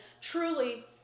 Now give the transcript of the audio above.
truly